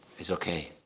it's okay.